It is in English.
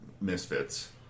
Misfits